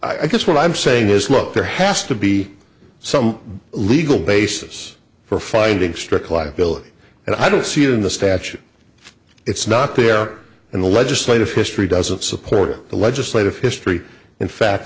so i guess what i'm saying is look there has to be some legal basis for finding strict liability and i don't see it in the statute it's not there in the legislative history doesn't support it the legislative history in fact